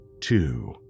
two